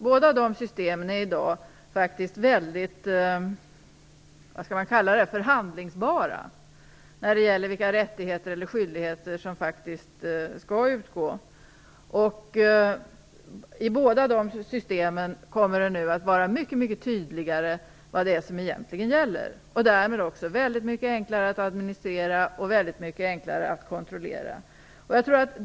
Båda dessa system är i dag väldigt så att säga förhandlingsbara när det gäller vilka rättigheter respektive skyldigheter som skall utgå respektive åläggas. I båda dessa system kommer det nu att mycket tydligare framgå vad som egentligen gäller. Därmed blir också administrationen och kontrollen mycket enklare.